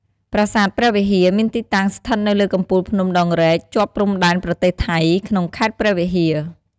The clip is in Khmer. ប្រាសាទព្រះវិហារ មានទីតាំង ស្ថិតនៅលើកំពូលភ្នំដងរែក ជាប់ព្រំដែនប្រទេសថៃ ក្នុងខេត្តព្រះវិហារ។